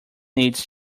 needs